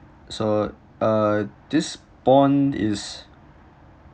so uh this bond is